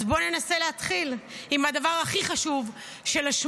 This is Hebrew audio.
אז בואו ננסה להתחיל עם הדבר הכי חשוב שלשמו